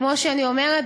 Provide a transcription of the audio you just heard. כמו שאני אומרת,